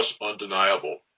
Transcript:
undeniable